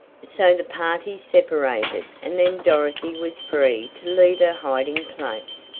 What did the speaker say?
so the parties separated and then dorothy was free to leave her hiding place.